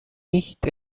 nicht